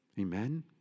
Amen